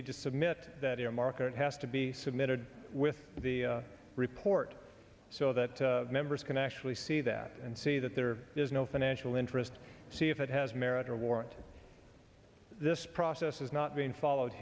he just submit that earmark or it has to be submitted with the report so that members can actually see that and see that there is no financial interest to see if it has merit or warrant this process is not being followed